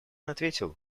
ответил